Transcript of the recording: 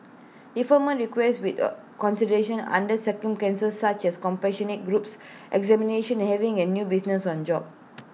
deferment requests with A consideration under circumstances such as compassionate groups examinations and having A new business or job